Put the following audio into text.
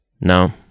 No